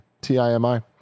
T-I-M-I